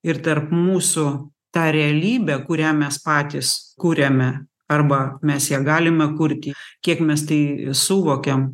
ir tarp mūsų tą realybę kurią mes patys kuriame arba mes ją galime kurti kiek mes tai suvokiam